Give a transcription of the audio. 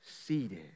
seated